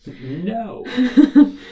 No